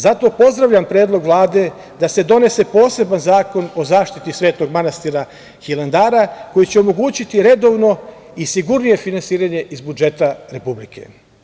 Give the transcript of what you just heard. Zato pozdravljam predlog Vlade da se donese poseban zakon o zaštiti Svetog manastira Hilandara, koji će omogućiti redovno i sigurnije finansiranje iz budžeta Republike.